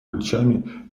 плечами